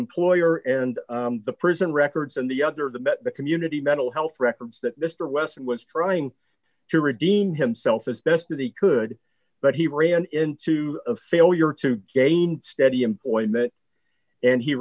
employer and the prison records and the other the met the community mental health records that mr wesson was trying to redeem himself as best that he could but he ran into a failure to gain steady employment and he